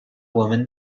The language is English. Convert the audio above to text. woman